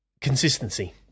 Consistency